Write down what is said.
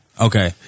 Okay